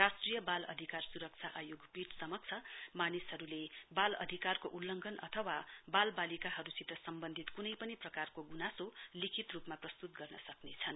राष्ट्रिय वाल अधिकार सुरक्ष आयोग पीट समक्ष मानिसहरुले वाल अधिकारको उल्लघन अथवा वाल वालिकाहरुसित सम्बन्धित कुनै पनि प्रकारका गुनासो लिखित रुपमा प्रस्तुत गर्न सक्नेछन्